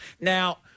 Now